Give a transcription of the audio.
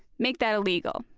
make that illegal.